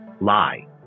lie